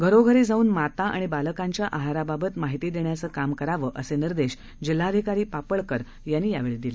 घरोघरी जाऊन माता आणि बालकांच्या आहाराबाबत माहिती देण्याचं काम करावं असे निर्देश जिल्हाधिकारी पापळकर यांनी यावेळी दिले